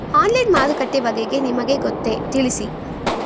Online ಮಾರುಕಟ್ಟೆ ಬಗೆಗೆ ನಿಮಗೆ ಗೊತ್ತೇ? ತಿಳಿಸಿ?